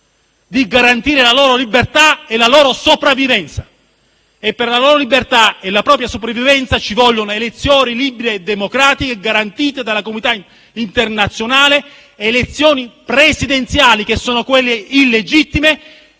cioè garantire la loro libertà e la loro sopravvivenza e per la loro libertà e la loro sopravvivenza ci vogliono elezioni libere e democratiche garantite dalla comunità internazionale; elezioni presidenziali (che sono quelle illegittime),